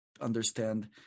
understand